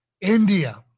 India